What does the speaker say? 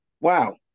wow